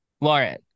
lauren